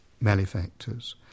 malefactors